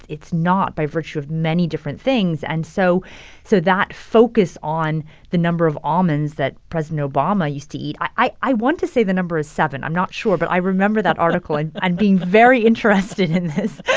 it's not by virtue of many different things. and so so that focus on the number of almonds that president obama used to eat i i want to say the number is seven. i'm not sure, but i remember that article and and being very interested in this